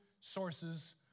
sources